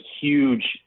huge